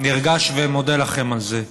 נרגש ומודה לכם על זה.